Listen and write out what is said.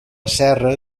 serra